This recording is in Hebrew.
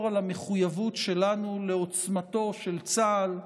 על המחויבות שלנו לעוצמתו של צה"ל,